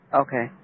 Okay